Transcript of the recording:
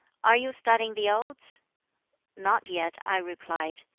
are you studying the odes not yet i replied.